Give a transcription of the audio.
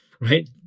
right